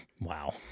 Wow